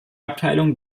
abteilung